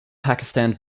pakistan